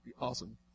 awesome